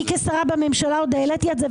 אני כשרה בממשלה עוד העליתי את זה.